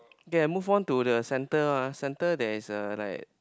okay I move on to the center lah center there is a like